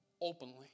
openly